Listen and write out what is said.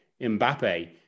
Mbappe